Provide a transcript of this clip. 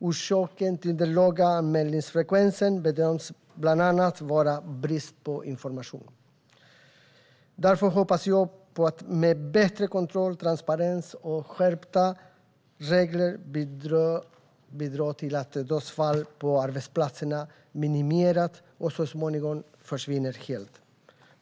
Orsaken till den låga anmälningsfrekvensen bedöms bland annat vara brist på information. Därför hoppas jag på att med bättre kontroll, transparens och skärpta regler bidra till att dödsfall på arbetsplatserna minimeras och så småningom försvinner helt.